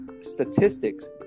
statistics